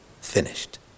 finished